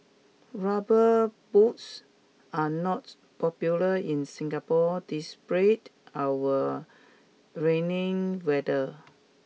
rubber boots are not popular in Singapore despite our raining weather